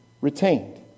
retained